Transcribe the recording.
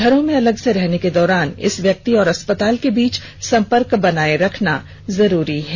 घरों में अलग से रहने के दौरान इस व्यक्ति और अस्पताल के बीच संपर्क बनाये रखना जरूरी है